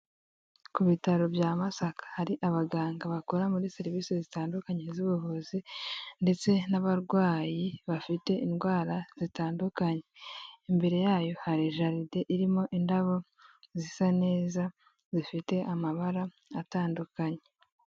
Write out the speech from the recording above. Ku bitaro bya masaka hari abaganga bakora muri serivisi zitandukanye z'ubuvuzi, ndetse n'abarwayi bafite indwara zitandukanye, imbere yayo hari jaridi irimo indabo zisa neza zifite amabara atandukanye.